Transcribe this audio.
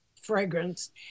fragrance